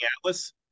atlas